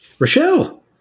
Rochelle